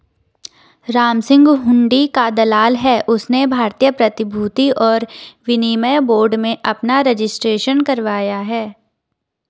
रामसिंह हुंडी का दलाल है उसने भारतीय प्रतिभूति और विनिमय बोर्ड में अपना रजिस्ट्रेशन करवाया है